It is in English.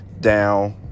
down